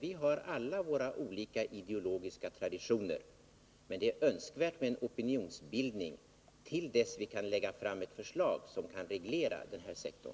Vi har alla våra olika ideologiska traditioner, men det är önskvärt med en opinionsbildning till dess vi kan lägga fram ett förslag som kan reglera denna sektor.